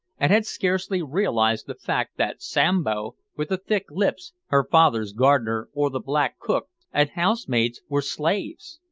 and had scarcely realised the fact that sambo, with the thick lips her father's gardener or the black cook and house-maids, were slaves.